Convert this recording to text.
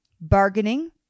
bargaining